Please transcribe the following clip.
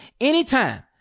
anytime